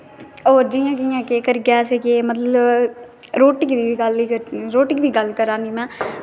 होर जि'यां कि'यां करियै के अस मतलब रोटियै दी गल्ल करा'रनी में